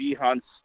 hunts